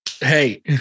hey